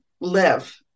live